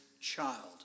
child